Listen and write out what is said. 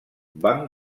van